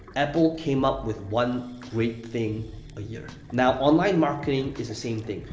apple came up with one great thing a year. now, online marketing is the same thing.